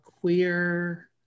queer